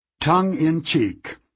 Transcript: Tongue-in-cheek